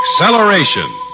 Acceleration